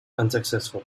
unsuccessful